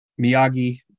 miyagi